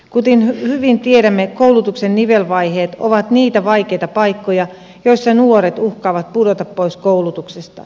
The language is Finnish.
kuten hyvin tiedämme koulutuksen nivelvaiheet ovat niitä vaikeita paikkoja joissa nuoret uhkaavat pudota pois koulutuksesta